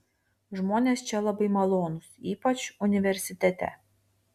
žmonės čia labai malonūs ypač universitete